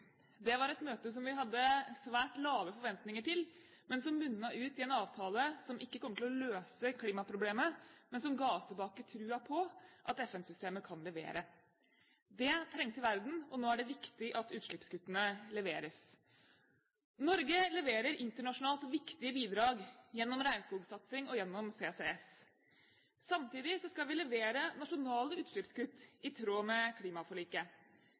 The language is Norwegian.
Det var et møte vi hadde svært lave forventninger til, men som munnet ut i en avtale som ikke kommer til å løse klimaproblemet, men som ga oss tilbake troen på at FN-systemet kan levere. Det trengte verden, og nå er det viktig at utslippskuttene leveres. Norge leverer internasjonalt viktige bidrag gjennom regnskogsatsing og gjennom CCS. Samtidig skal vi levere nasjonale utslippskutt i tråd med klimaforliket.